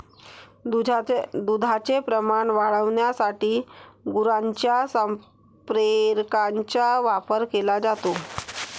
दुधाचे प्रमाण वाढविण्यासाठी गुरांच्या संप्रेरकांचा वापर केला जातो